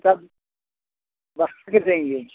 कब देंगे